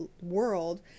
world